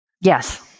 Yes